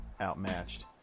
outmatched